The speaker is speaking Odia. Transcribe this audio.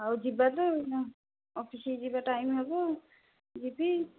ଆଉ ଯିବାତ ଏନା ଅଫିସକୁ ଯିବା ଟାଇମ୍ ହେବ ଯିବି